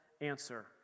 answer